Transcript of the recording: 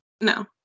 No